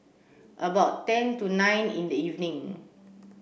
about ten to nine in the evening